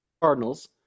Cardinals